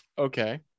Okay